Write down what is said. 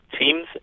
teams